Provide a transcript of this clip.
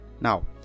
now